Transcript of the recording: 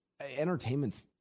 entertainment's